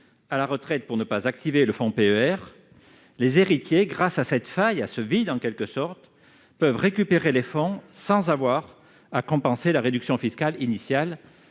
à la retraite pour ne pas activer le fond PER, les héritiers, grâce à ce vide juridique, peuvent récupérer les fonds sans avoir à compenser la réduction fiscale initiale.